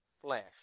flesh